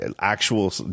Actual